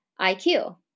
IQ